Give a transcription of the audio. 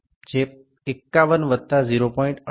সুতরাং এটি নবম পাঠ যা ৫১ যুক্ত ০১৮ যা সমান ৫১১৮